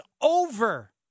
over